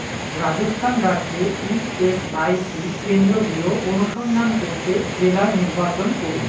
রাজস্থান রাজ্যে ইএসআইসি কেন্দ্রগুলো অনুসন্ধান করতে জেলা নির্বাচন করুন